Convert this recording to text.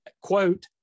quote